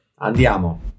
Andiamo